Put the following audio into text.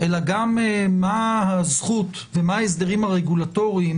אלא גם מה הזכות ומה ההסדרים הרגולטוריים